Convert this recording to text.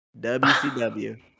WCW